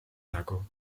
nägu